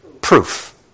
Proof